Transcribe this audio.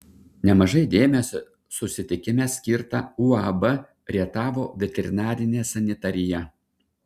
nemažai dėmesio susitikime skirta uab rietavo veterinarinė sanitarija